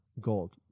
gold